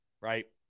right